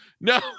No